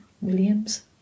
Williams